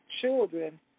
children